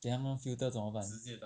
then 他 filter 怎么办